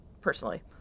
personally